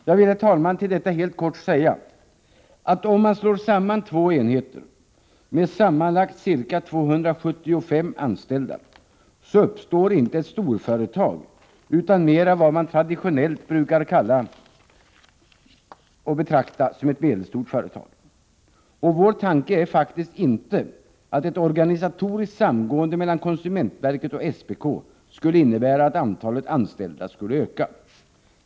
Jag vill, herr talman, till detta helt kort säga, att om man slår samman två enheter med sammanlagt ca 275 anställda, uppstår inte ett storföretag utan snarare vad man traditionellt brukar betrakta som ett medelstort företag. Och vår tanke är faktiskt inte att ett organisatoriskt samgående mellan konsumentverket och SPK skulle innebära att antalet anställda skulle öka.